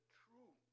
true